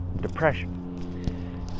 depression